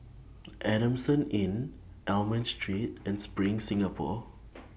Adamson Inn Almond Street and SPRING Singapore